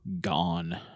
Gone